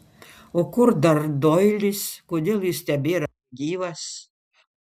o kur dar doilis kodėl jis tebėra gyvas